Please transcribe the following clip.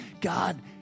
God